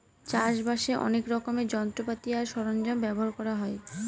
চাষ বাসে অনেক রকমের যন্ত্রপাতি আর সরঞ্জাম ব্যবহার করা হয়